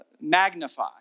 magnify